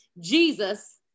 Jesus